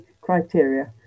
criteria